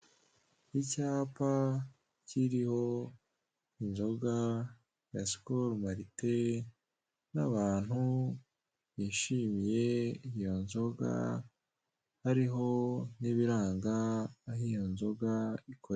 Icyapa kiriho inzoga ya sikoro marite n'abantu bishimye iyo nzoga, hariho n'ibiranga aho iyo ikorerwa.